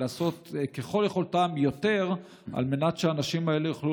לעשות ככל יכולתם יותר על מנת שהאנשים האלה יוכלו